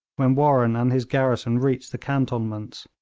when warren and his garrison reached the cantonments.